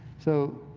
so,